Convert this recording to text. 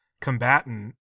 combatant